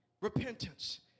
repentance